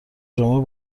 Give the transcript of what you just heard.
جمعه